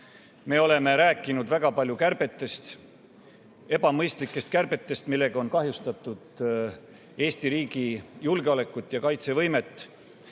Me oleme rääkinud väga palju kärbetest, ebamõistlikest kärbetest, millega on kahjustatud Eesti riigi julgeolekut ja kaitsevõimet.